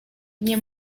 nie